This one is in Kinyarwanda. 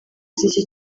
z’iki